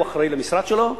הוא האחראי למשרד שלו,